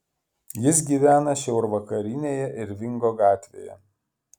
jis gyvena šiaurvakarinėje irvingo gatvėje